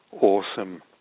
awesome